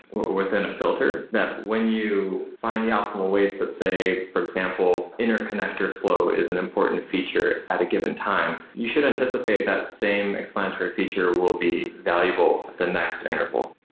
within a filter, that when you find the optimal ways, let's say, for example interconnector flow is an important feature at a given time, you should anticipate that same explanatory feature will be valuable the next interval.